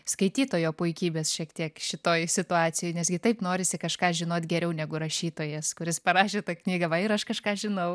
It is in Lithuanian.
skaitytojo puikybės šiek tiek šitoj situacijoj nes gi taip norisi kažką žinot geriau negu rašytojas kuris parašė tą knygą va ir aš kažką žinau